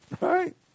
Right